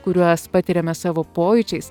kuriuos patiriame savo pojūčiais